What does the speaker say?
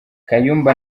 kayumba